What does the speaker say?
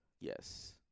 yes